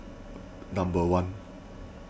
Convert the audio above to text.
number one